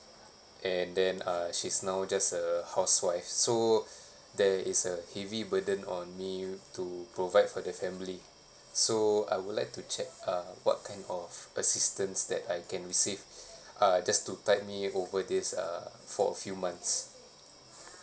and then uh she's now just a housewife so there is a heavy burden on me to provide for the family so I would like to check uh what kind of assistance that I can receive uh just to tide me over this uh for a few months